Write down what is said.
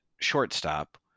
shortstop